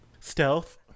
Stealth